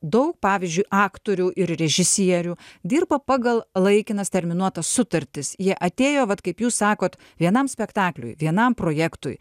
daug pavyzdžiui aktorių ir režisierių dirba pagal laikinas terminuotas sutartis jie atėjo vat kaip jūs sakot vienam spektakliui vienam projektui